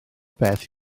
beth